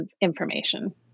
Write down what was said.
information